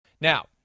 Now